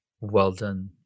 well-done